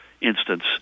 instance